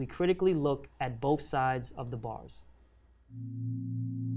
we critically look at both sides of the bars